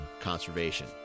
conservation